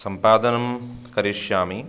सम्पादनं करिष्यामि